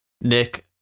Nick